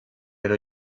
edo